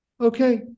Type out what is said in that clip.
okay